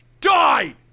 Die